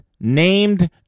named